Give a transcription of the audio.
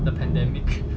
the pandemic